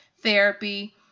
therapy